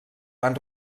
van